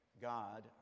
God